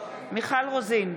מיכל רוזין,